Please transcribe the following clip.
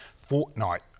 fortnight